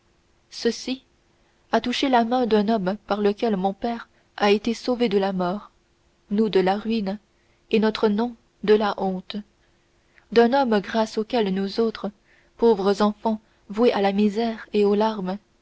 ceci a touché la main d'un homme par lequel mon père a été sauvé de la mort nous de la ruine et notre nom de la honte d'un homme grâce auquel nous autres pauvres enfants voués à la misère et aux larmes